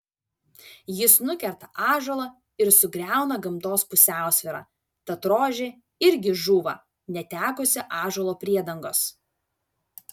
jis nukerta ąžuolą ir sugriauna gamtos pusiausvyrą tad rožė irgi žūva netekusi ąžuolo priedangos